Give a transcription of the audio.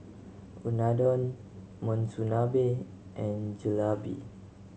Unadon Monsunabe and Jalebi